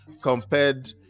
compared